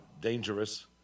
dangerous